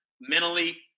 mentally